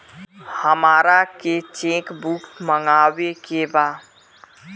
हमारा के cheque book मगावे के बा?